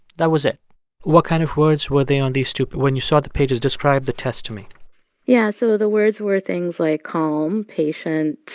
that was it what kind of words were they on these two? when you saw the pages describe the test to me yeah. so the words were things like calm, patient,